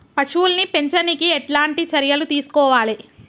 పశువుల్ని పెంచనీకి ఎట్లాంటి చర్యలు తీసుకోవాలే?